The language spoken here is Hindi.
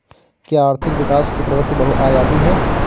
क्या आर्थिक विकास की प्रवृति बहुआयामी है?